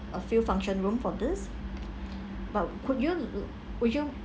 a few function room for this but could you would you